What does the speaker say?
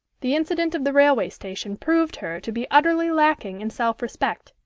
the incident of the railway station proved her to be utterly lacking in self-respect,